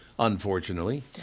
unfortunately